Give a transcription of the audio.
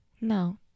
No